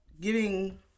giving